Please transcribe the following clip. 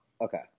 Okay